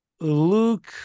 Luke